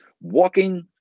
walking